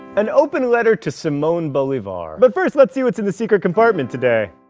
an open letter to simon bolivar. but first, let's see what's in the secret compartment today.